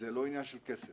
זה לא עניין של כסף.